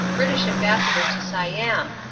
british ambassador to siam,